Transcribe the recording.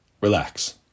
Relax